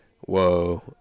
whoa